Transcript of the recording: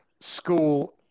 school